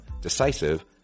decisive